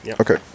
Okay